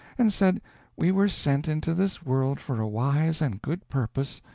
and said we were sent into this world for a wise and good purpose,